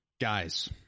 Guys